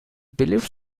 believed